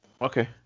Okay